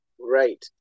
Right